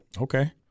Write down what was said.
Okay